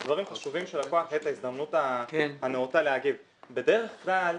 זה דברים חשובים שזו ההזדמנות הנאותה להגיב: בדרך כלל,